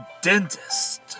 Dentist